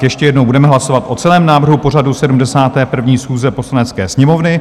Ještě jednou budeme hlasovat o celém návrhu pořadu 71. schůze Poslanecké sněmovny.